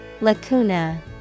Lacuna